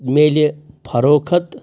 میلہِ فروخَت